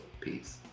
Peace